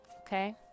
okay